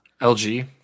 LG